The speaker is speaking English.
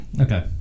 okay